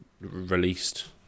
released